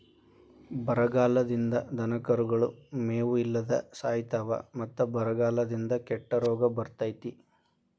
ಬರಗಾಲದಿಂದ ದನಕರುಗಳು ಮೇವು ಇಲ್ಲದ ಸಾಯಿತಾವ ಮತ್ತ ಬರಗಾಲದಿಂದ ಕೆಟ್ಟ ರೋಗ ಬರ್ತೈತಿ